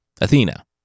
Athena